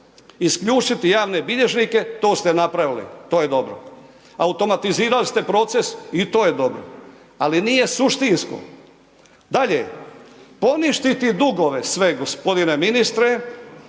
Isključiti javne bilježnike, to ste napravili, to je dobro. Automatizirali ste proces i to je dobro ali nije suštinsko. Daklje, poništiti dugove sve gospodine ministre